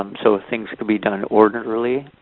um so things can be done orderly.